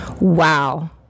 Wow